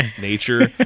nature